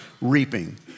reaping